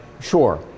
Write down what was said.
Sure